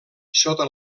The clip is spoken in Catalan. sota